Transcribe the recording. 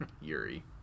yuri